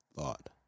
thought